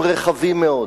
הם רחבים מאוד.